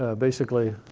ah basically,